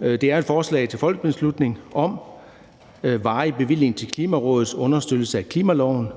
Det er et forslag til folketingsbeslutning om en varig bevilling til Klimarådets understøttelse af klimaloven,